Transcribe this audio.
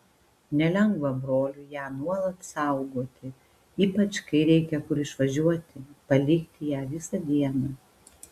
nelengva broliui ją nuolat saugoti ypač kai reikia kur išvažiuoti palikti ją visą dieną